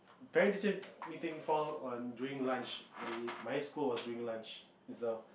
Parents teacher meeting fall on during lunch my school was during lunch so